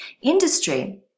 industry